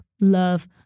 love